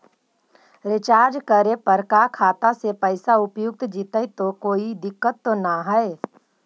Recharge करे पर का खाता से पैसा उपयुक्त जितै तो कोई दिक्कत तो ना है?